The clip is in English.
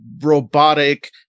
robotic